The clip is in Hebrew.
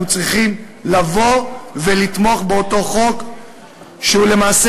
אנחנו צריכים לבוא ולתמוך בחוק שלמעשה